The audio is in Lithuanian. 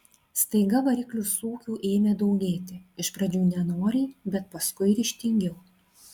staiga variklių sūkių ėmė daugėti iš pradžių nenoriai bet paskui ryžtingiau